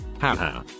haha